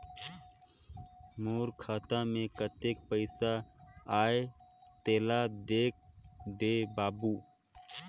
मोर खाता मे कतेक पइसा आहाय तेला देख दे बाबु?